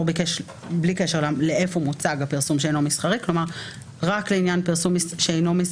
ביקש לאפשר את הקנס רק לעניין פרסום